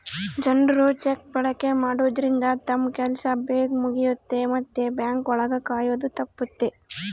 ಜನ್ರು ಚೆಕ್ ಬಳಕೆ ಮಾಡೋದ್ರಿಂದ ತಮ್ ಕೆಲ್ಸ ಬೇಗ್ ಮುಗಿಯುತ್ತೆ ಮತ್ತೆ ಬ್ಯಾಂಕ್ ಒಳಗ ಕಾಯೋದು ತಪ್ಪುತ್ತೆ